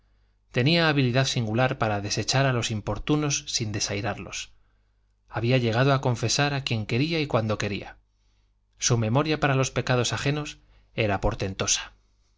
tenía habilidad singular para desechar a los importunos sin desairarlos había llegado a confesar a quien quería y cuando quería su memoria para los pecados ajenos era portentosa